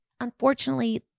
unfortunately